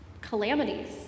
calamities